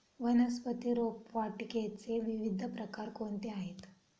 वनस्पती रोपवाटिकेचे विविध प्रकार कोणते आहेत?